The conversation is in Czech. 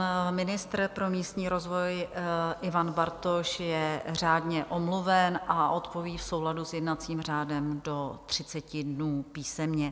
Pan ministr pro místní rozvoj Ivan Bartoš je řádně omluven a odpoví v souladu s jednacím řádem do 30 dnů písemně.